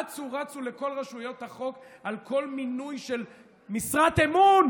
אצו רצו לכל רשויות החוק על כל מינוי של משרת אמון